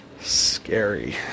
Scary